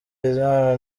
bizimana